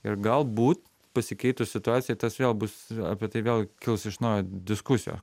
ir galbūt pasikeitus situacijai tas vėl bus apie tai vėl kils iš naujo diskusijo